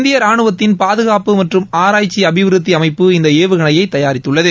இந்திய ரானுவத்தின் பாதுகாப்பு மற்றும் ஆராய்ச்சி அபிவிருத்தி அமைப்பு இந்த ஏவுகணையை தயாரித்துள்ளது